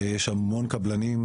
יש המון קבלנים,